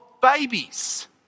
babies